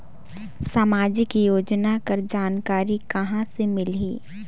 समाजिक योजना कर जानकारी कहाँ से मिलही?